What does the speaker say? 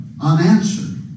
unanswered